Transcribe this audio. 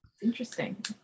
Interesting